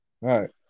right